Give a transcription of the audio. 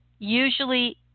Usually